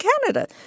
Canada